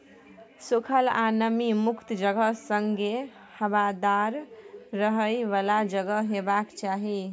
सुखल आ नमी मुक्त जगह संगे हबादार रहय बला जगह हेबाक चाही